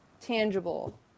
tangible